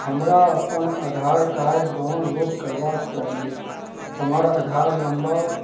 हमरा अपन Aadhaar card download करबाक चाही हमर आधार नम्बर